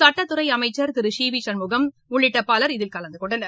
சட்டத்துறை அமைச்சர் திரு சி வி சண்முகம் உள்ளிட்ட பலர் இதில் கலந்துகொண்டனர்